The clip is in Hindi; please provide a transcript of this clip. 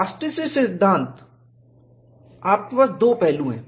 प्लास्टिसिटी सिद्धांत आपके पास दो पहलू हैं